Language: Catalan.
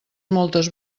moltes